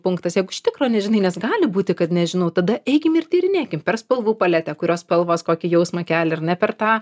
punktas jeigu iš tikro nežinai nes gali būti kad nežinau tada eikim ir tyrinėkim per spalvų paletę kurios spalvos kokį jausmą kelia ar ne per tą